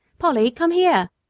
polly! come here.